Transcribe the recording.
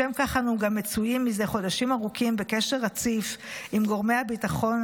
לשם כך אנו גם מצויים מזה חודשים ארוכים בקשר רציף עם גורמי הביטחון,